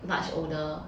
much older